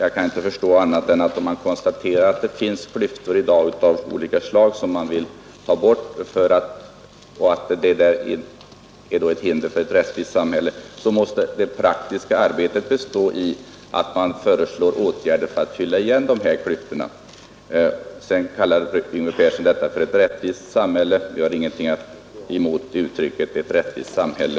Om man konstaterar att det finns klyftor i dag av olika slag som man vill ha bort därför att det är ett hinder för ett rättvist samhälle, måste det praktiska arbetet bestå i att man föreslår åtgärder för att fylla igen dessa klyftor. Vi har ingenting emot uttrycket ”ett rättvist samhälle”.